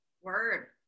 Word